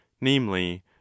namely